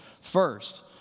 first